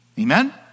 Amen